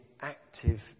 active